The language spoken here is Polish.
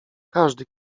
każdy